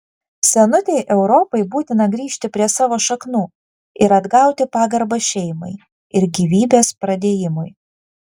senutei europai būtina grįžti prie savo šaknų ir atgauti pagarbą šeimai ir gyvybės pradėjimui